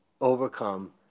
overcome